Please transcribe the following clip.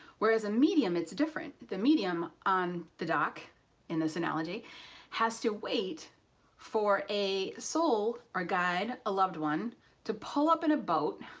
whereas a medium, it's a different the medium on the dock in this analogy has to wait for a soul or guide a loved one to pull up in a boat.